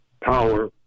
power